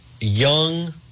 young